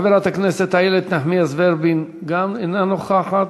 חברת הכנסת איילת נחמיאס ורבין, גם אינה נוכחת.